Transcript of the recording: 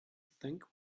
think